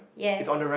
yes